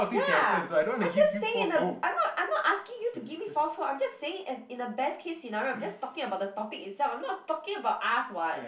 ya I'm just saying in a I'm not I'm not asking you to give me false hope I'm just saying as in the best case scenario I'm just talking about the topic itself I'm not talking about us [what]